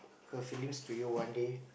her feelings to you one day